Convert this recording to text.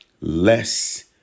less